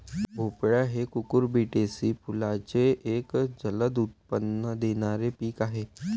भोपळा हे कुकुरबिटेसी कुलाचे एक जलद उत्पन्न देणारे पीक आहे